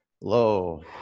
low